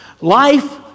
Life